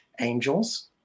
angels